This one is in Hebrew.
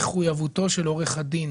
מחויבותו של עורך הדין